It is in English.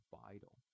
vital